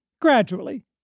gradually